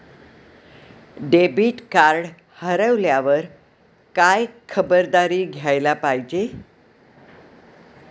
Debit card हरवल्यावर काय खबरदारी घ्यायला पाहिजे?